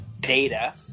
data